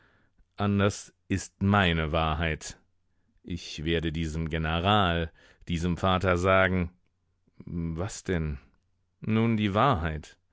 anders ist meine wahrheit ich werde diesem general diesem vater sagen was denn nun die wahrheit